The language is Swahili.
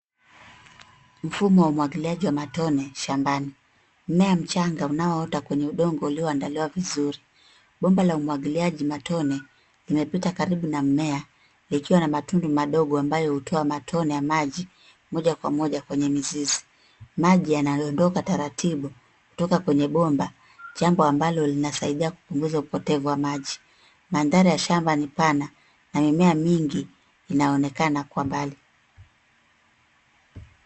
Mfumo wa umwagiliaji wa matone shambani. Mmea mchanga unaoonda kwenye udongo ulioandaliwa vizuri. Bomba la umwagiliaji matone, limepita karibu na mmea, likiwa na matundu madogo ambayo hutoa matone ya maji moja kwa moja kwenye mizizi. Maji yanaondoka taratibu, kutoka kwenye bomba, jambo ambalo linasaidia kupunguza upotevu wa maji. Mandhari ya shamba ni pana na mimea mingi inaonekana kwa mbali.